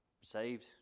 Saved